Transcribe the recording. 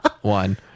one